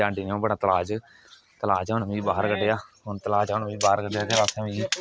जाने तला च तला च उनें में बाहर कड्ढेआ उनें तला चा बाहर कड्ढेआ ते इत्थै मिगी